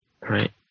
Right